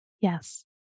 Yes